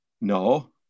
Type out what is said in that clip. No